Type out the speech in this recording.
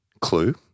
clue